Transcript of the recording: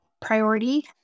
priority